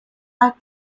are